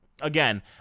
Again